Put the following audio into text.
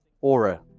Aura